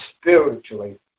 spiritually